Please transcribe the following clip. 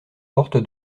porte